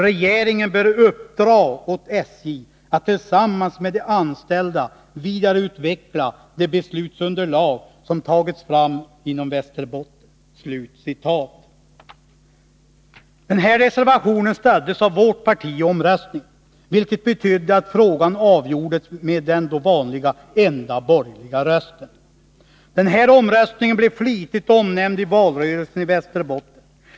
Regeringen bör uppdra åt SJ att tillsammas med de anställda vidareutveckla det beslutsunderlag som tagits fram inom Västerbotten.” Denna reservation stöddes av vårt parti i omröstningen, vilket betydde att frågan avgjordes med den då vanliga enda borgerliga rösten. Den här omröstningen blev flitigt omnämnd i valrörelsen i Västerbotten.